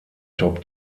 top